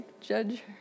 judge